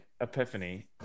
epiphany